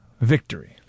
victory